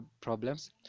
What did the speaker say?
problems